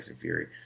Fury